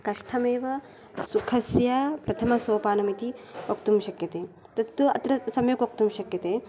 कष्टमेव सुखस्य प्रथमसोपानमिति वक्तुं शक्यते तत्तु अत्र सम्यक् वक्तुं शक्यते